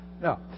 No